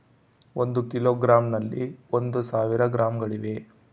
ಒಂದು ಕಿಲೋಗ್ರಾಂ ನಲ್ಲಿ ಒಂದು ಸಾವಿರ ಗ್ರಾಂಗಳಿವೆ